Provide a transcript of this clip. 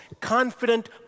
confident